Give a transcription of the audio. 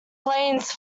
plans